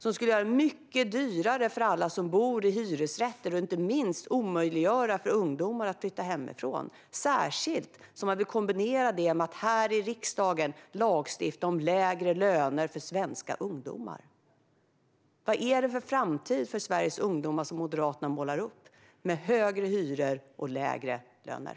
Det skulle göra det mycket dyrare för alla som bor i hyresrätt och omöjliggöra för ungdomar att flytta hemifrån, särskilt i kombination med att Moderaterna vill lagstifta i riksdagen om lägre löner för svenska ungdomar. Vad är det för framtid för Sveriges ungdomar som Moderaterna målar upp med högre hyror och lägre löner?